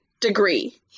degree